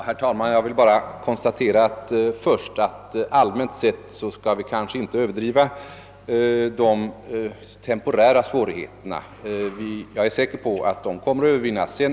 Herr talman! Rent allmänt vill jag säga alt vi inte skall överdriva de temporära svårigheterna; jag är säker på att de kommer att övervinnas.